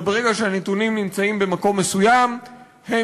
וברגע שהנתונים נמצאים במקום מסוים הם